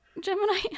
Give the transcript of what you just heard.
Gemini